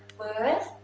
worth,